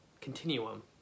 continuum